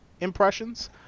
impressions